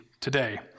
today